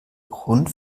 grund